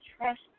Trust